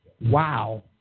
Wow